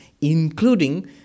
including